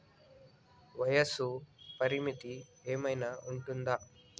వయస్సు పరిమితి ఏమైనా ఉంటుందా?